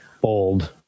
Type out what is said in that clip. bold